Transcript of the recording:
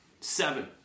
Seven